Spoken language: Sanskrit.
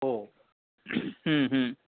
ओ